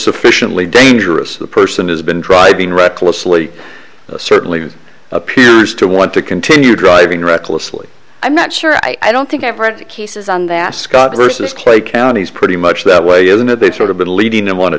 sufficiently dangerous the person has been driving recklessly certainly appears to want to continue driving recklessly i'm not sure i don't think i've read cases on that scott versus clay county is pretty much that way in that they sort of been leading and want to